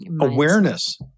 awareness